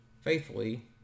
faithfully